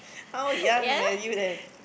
how young were you then